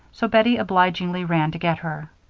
so bettie obligingly ran to get her.